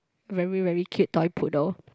very very cute toy poodle